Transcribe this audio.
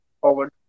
forward